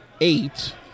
eight